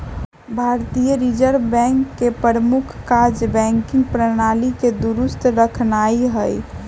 भारतीय reserve bank के प्रमुख काज़ बैंकिंग प्रणाली के दुरुस्त रखनाइ हइ